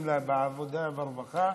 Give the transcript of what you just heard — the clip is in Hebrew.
אם לעבודה ורווחה,